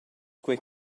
quei